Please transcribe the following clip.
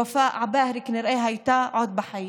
ופאא עבאהרה כנראה הייתה עוד בחיים.